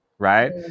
Right